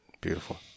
Beautiful